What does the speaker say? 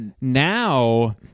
Now